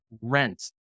rent